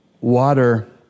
Water